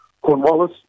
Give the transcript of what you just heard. Cornwallis